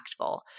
impactful